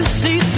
see